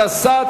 התשס"ט